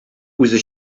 үзе